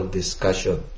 discussion